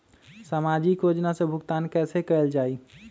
सामाजिक योजना से भुगतान कैसे कयल जाई?